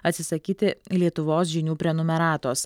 atsisakyti lietuvos žinių prenumeratos